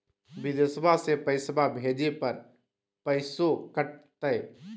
बिदेशवा मे पैसवा भेजे पर पैसों कट तय?